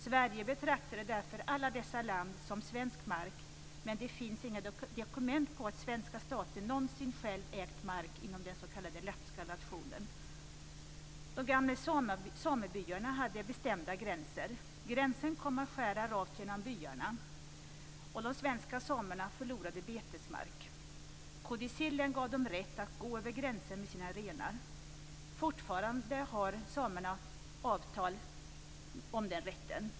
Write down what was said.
Sverige betraktade därför allt detta land som svensk mark, men det finns inga dokument på att svenska staten någonsin själv ägt mark inom den s.k. lapska nationen. De gamla samebyarna hade bestämda gränser. Gränsen kom nu att skära rakt genom byarna, och de svenska samerna förlorade betesmark. Kodicillen gav dem rätt att gå över gränser med sina renar. Fortfarande har samerna avtal om den rätten.